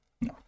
No